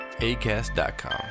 acast.com